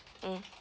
mm